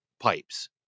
pipes